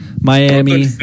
Miami